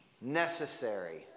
necessary